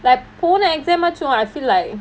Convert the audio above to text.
like போன:pona exam ஆச்சும்:aachum I feel like